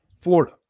Florida